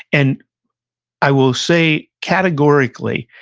and i will say, categorically,